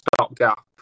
stopgap